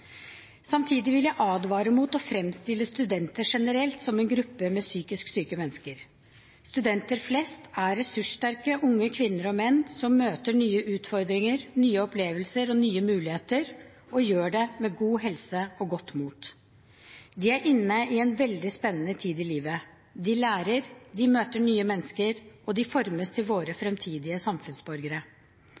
Samtidig vil jeg advare mot å framstille studenter generelt som en gruppe med psykisk syke mennesker. Studenter flest er ressurssterke unge kvinner og menn som møter nye utfordringer, nye opplevelser og nye muligheter – og gjør det med god helse og godt mot. De er inne i en veldig spennende tid i livet – de lærer, de møter nye mennesker, og de formes til våre framtidige samfunnsborgere.